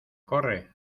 corre